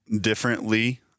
differently